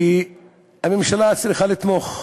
שהממשלה צריכה לתמוך,